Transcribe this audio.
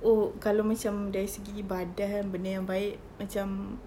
oh kalau macam dari segi ibadah kan benda yang baik macam